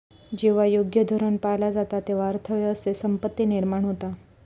जेव्हा योग्य धोरण पाळला जाता, तेव्हा अर्थ व्यवस्थेत संपत्ती निर्माण होता